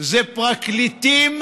זה פרקליטים,